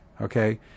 Okay